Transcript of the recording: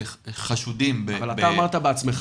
אנשים חשודים --- אבל אתה אמרת בעצמך